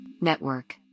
Network